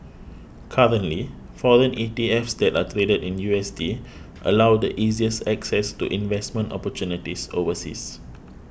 currently foreign E T Fs that are traded in U S D allow the easiest access to investment opportunities overseas